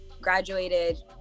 graduated